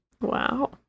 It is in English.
wow